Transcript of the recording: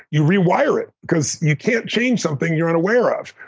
you rewire it because you can't change something you're unaware of,